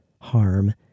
harm